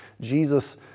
Jesus